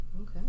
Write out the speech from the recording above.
Okay